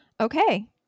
okay